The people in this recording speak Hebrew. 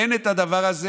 אין את הדבר הזה.